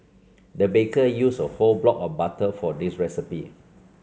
the baker used a whole block of butter for this recipe